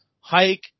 Hike